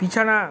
বিছানা